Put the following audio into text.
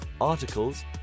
articles